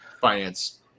finance